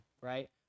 right